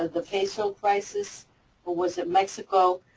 the peso crisis. or was it mexico?